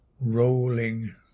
rolling